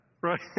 right